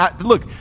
look